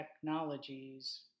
Technologies